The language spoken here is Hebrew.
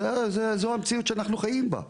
זו המציאות שאנחנו חיים בה.